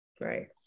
right